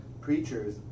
Preachers